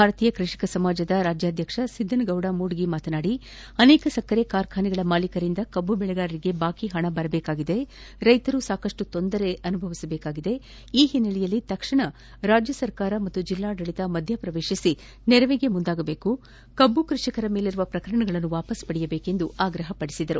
ಭಾರತೀಯ ಕೃಷಿಕ ಸಮಾಜದ ರಾಜ್ಯಾಧ್ವಕ್ಷ ಸಿದ್ದನ ಗೌಡ ಮೋದಗಿ ಮಾತನಾಡಿ ಅನೇಕ ಸಕ್ಕರೆ ಕಾರ್ಖಾನೆಗಳ ಮಾಲೀಕರಿಂದ ಕಬ್ಬು ಬೆಳೆಗಾರರಿಗೆ ಬಾಕಿ ಹಣ ಬರಬೇಕಾಗಿದ್ದು ರೈತರು ಸಾಕಷ್ಟು ತೊಂದರೆ ಅನುಭವಿಸಬೇಕಾಗಿದೆ ಈ ಹಿನ್ನೆಲೆಯಲ್ಲಿ ತಕ್ಷಣ ರಾಜ್ಯ ಸರ್ಕಾರ ಜಿಲ್ಡಾಡಳಿತ ಮಧ್ವಪ್ರವೇಶಿಸಿ ನೆರವಿಗೆ ಮುಂದಾಗ ಬೇಕು ಕಬ್ಬು ಕೃಷಿಕರ ಮೇಲಿರುವ ಪ್ರಕರಣಗಳನ್ನು ವಾಪಾಸ್ ಪಡೆಯಬೇಕೆಂದು ಆಗ್ರಹಿಸಿದರು